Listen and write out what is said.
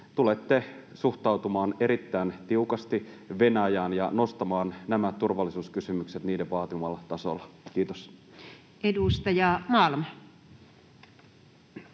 tulette suhtautumaan erittäin tiukasti Venäjään ja nostamaan nämä turvallisuuskysymykset niiden vaatimalle tasolle. Edustaja Malm.